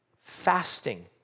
Fasting